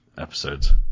episodes